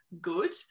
good